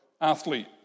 athlete